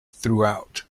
throughout